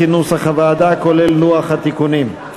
התקבל כנוסח הוועדה, כולל לוח התיקונים.